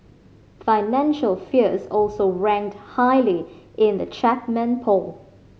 financial fears also ranked highly in the Chapman poll